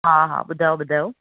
हा हा ॿुधायो ॿुधायो